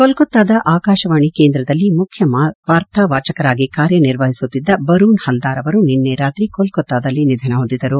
ಕೋಲ್ಕತಾದ ಅಕಾಶವಾಣಿ ಕೇಂದ್ರದಲ್ಲಿ ಮುಖ್ಯ ವಾರ್ತಾ ವಾಚಕರಾಗಿ ಕಾರ್ಯನಿರ್ವಹಿಸುತ್ತಿದ್ದ ಬರೂನ್ ಹಲ್ಲಾರ್ ಅವರು ನಿನ್ನೆ ರಾತ್ರಿ ಕೊಲ್ಲತಾದಲ್ಲಿ ನಿಧನ ಹೊಂದಿದರು